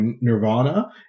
Nirvana